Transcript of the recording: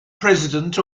president